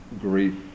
grief